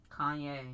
Kanye